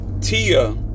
Tia